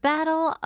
Battle